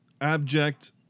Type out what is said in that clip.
abject